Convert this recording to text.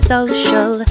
Social